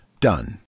Done